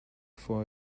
for